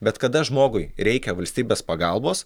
bet kada žmogui reikia valstybės pagalbos